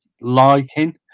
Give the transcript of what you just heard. liking